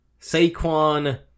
Saquon